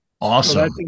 Awesome